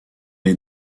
est